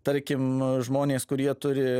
tarkim žmonės kurie turi